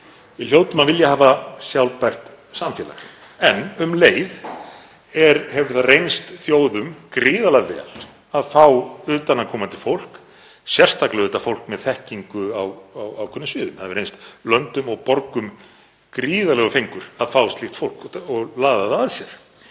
Við hljótum að vilja hafa sjálfbært samfélag en um leið hefur það reynst þjóðum gríðarlega vel að fá utanaðkomandi fólk, sérstaklega fólk með þekkingu á ákveðnum sviðum. Það hefur reynst löndum og borgum gríðarlegur fengur að fá slíkt fólk og laða það að sér.